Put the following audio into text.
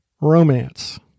romance